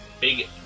big